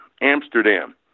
Amsterdam